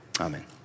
Amen